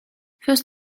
first